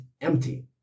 empty